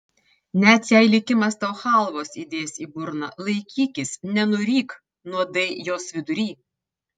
net jei likimas tau chalvos įdės į burną laikykis nenuryk nuodai jos vidury